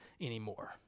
anymore